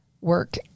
work